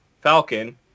Falcon